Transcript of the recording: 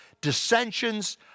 dissensions